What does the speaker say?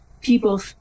people